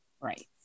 Right